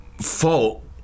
Fault